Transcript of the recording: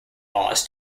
laws